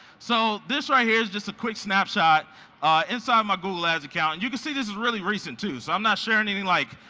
so this right here is just a quick snapshot inside my google ads account. and you can see this is really recent too. so i'm not sharing any like,